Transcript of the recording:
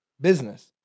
business